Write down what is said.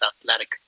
athletic